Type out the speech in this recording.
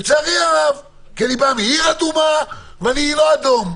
לצערי הרב, כי אני בא מעיר אדומה ואני לא אדום.